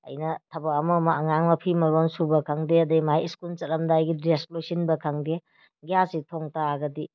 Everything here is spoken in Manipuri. ꯑꯩꯅ ꯊꯕꯛ ꯑꯃ ꯑꯃ ꯑꯉꯥꯡ ꯃꯐꯤ ꯃꯔꯣꯜ ꯁꯨꯕ ꯈꯪꯗꯦ ꯑꯗꯨꯗꯩ ꯃꯥꯒꯤ ꯁ꯭ꯀꯨꯟ ꯆꯠꯂꯝꯗꯥꯏꯒꯤ ꯗ꯭ꯔꯦꯁ ꯂꯣꯏꯁꯤꯟꯕ ꯈꯪꯗꯦ ꯒ꯭ꯌꯥꯁꯁꯤ ꯊꯣꯡꯕ ꯇꯥꯔꯒꯗꯤ